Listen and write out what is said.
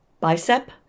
Bicep